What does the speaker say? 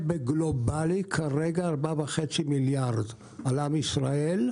בגלובלי, כרגע זה מעלה ב-4.5 מיליארד ₪ לעם ישראל.